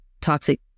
toxic